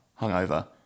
hungover